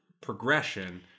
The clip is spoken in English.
progression